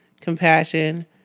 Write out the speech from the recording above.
compassion